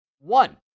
One